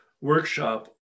workshop